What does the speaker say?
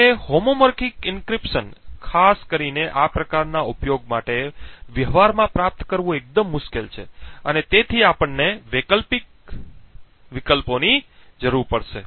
જો કે homomorphic encryption ખાસ કરીને આ પ્રકારના ઉપયોગો માટે વ્યવહારમાં પ્રાપ્ત કરવું એકદમ મુશ્કેલ છે અને તેથી આપણને વૈકલ્પિક વિકલ્પોની જરૂર પડશે